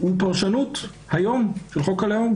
הוא פרשנות היום לחוק הלאום.